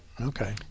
okay